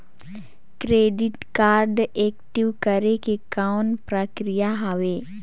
Credit card active करे के कौन प्रक्रिया हवे?